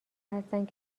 هستند